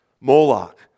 Moloch